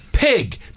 Pig